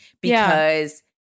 because-